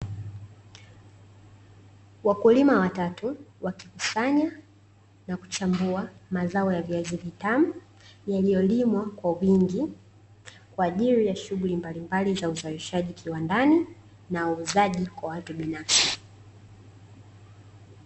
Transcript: Wakulima watatu, wakikusanya na kuchambua mazao ya viazi vitamu, yaliyolimwa kwa wingi kwa ajili ya shughuli mbalimbali za uzalishaji kiwandani na uuzaji kwa watu binafsi.